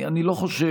אני לא חושד,